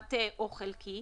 מטעה או חלקי,